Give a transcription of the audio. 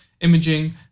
imaging